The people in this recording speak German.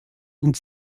und